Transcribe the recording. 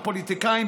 הפוליטיקאים,